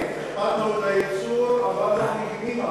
הכפלנו את הייצור, אבל אנחנו מגינים עליו.